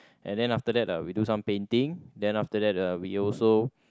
and then after that uh we do some painting then after that uh we also